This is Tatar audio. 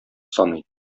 саный